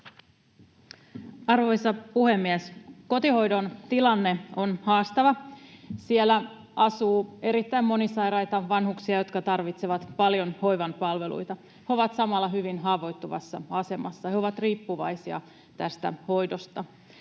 Arvoisa puhemies! Kotihoidon tilanne on haastava. Siellä kotona asuu erittäin monisairaita vanhuksia, jotka tarvitsevat paljon hoivan palveluita. He ovat samalla hyvin haavoittuvassa asemassa: he ovat riippuvaisia tästä hoidosta.